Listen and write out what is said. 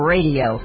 Radio